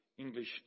English